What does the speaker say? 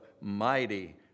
mighty